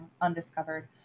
undiscovered